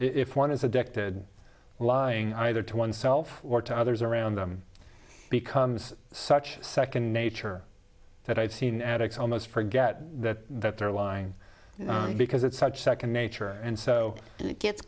if one is addicted lying either to oneself or to others around them becomes such a second nature that i've seen addicts almost forget that they're lying because it's such second nature and so it gets